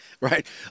Right